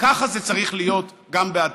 וככה זה צריך להיות גם בעתיד.